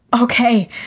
Okay